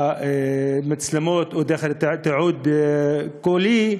המצלמות או דרך התיעוד הקולי,